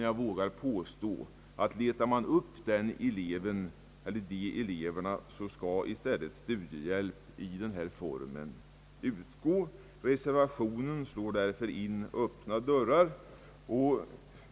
Jag vågar påstå att letar man upp elever av det slaget så skall i stället studiehjälp i den här formen utgå. Reservationen slår därför in öppna dörrar.